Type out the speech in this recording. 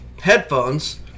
headphones